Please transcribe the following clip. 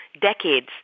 decades